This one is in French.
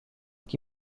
qui